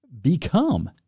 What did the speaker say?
become